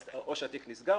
אז או שהתיק נסגר,